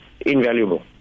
invaluable